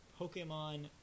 Pokemon